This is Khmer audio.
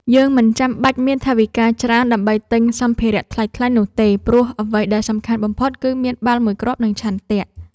យើងមិនចាំបាច់មានថវិកាច្រើនដើម្បីទិញសម្ភារៈថ្លៃៗនោះទេ ព្រោះអ្វីដែលសំខាន់បំផុតគឺមានបាល់មួយគ្រាប់ និងឆន្ទៈ។